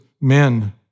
men